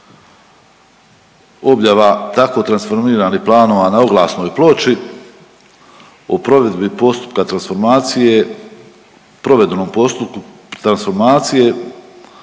objava tako transformiranih planova na oglasnoj ploči, o provedbi postupka transformacije, o provedenom postupku transformacije